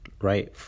right